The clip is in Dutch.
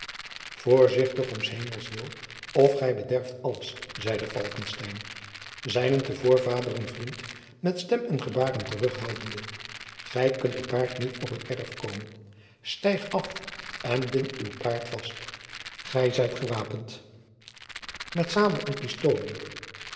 voorzichtig om s hemels wil of gij bederft alles zeide falckestein zijnen te voortvarenden vriend met stem en gebaarden terughoudende gij kunt te paard niet op het erf komen stijg af en bind uw paard vast gij zijt gewapend met sabel en pistoolen